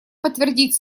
подтвердить